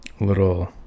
Little